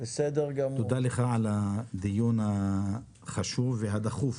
תודה לך על הדיון החשוב והדחוף